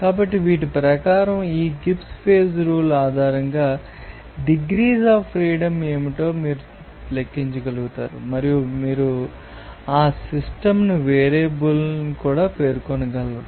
కాబట్టి వీటి ప్రకారం ఈ గిబ్స్ ఫేజ్ రూల్ ఆధారంగా డిగ్రీస్ అఫ్ ఫ్రీడమ్ ఏమిటో మీరు లెక్కించగలుగుతారు మరియు మీరు ఆ సిస్టమ్ వేరియబుల్ను కూడా పేర్కొనగలరు